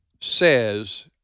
says